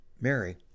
Mary